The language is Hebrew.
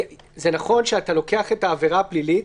זה נכון שאתה לוקח את העבירה הפלילית,